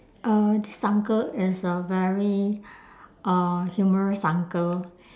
uh this uncle is a very uh humorous uncle